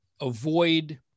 avoid